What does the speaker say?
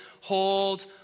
hold